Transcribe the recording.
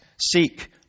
seek